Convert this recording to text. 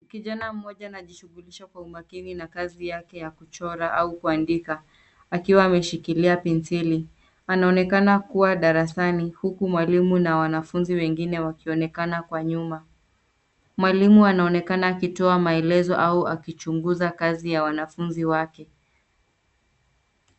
Kijana mmoja anajishughulisha kwa umakini na kazi yake ya kuchora au kuandika, akiwa ameshikilia penseli. Anaonekana kuwa darasani huku mwalimu na wanafunzi wengine wakionekana kwa nyuma. Mwalimu anaonekana akitoa maelezo au akichunguza kazi ya wanafunzi wake.